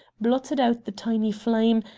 blotted out the tiny flame,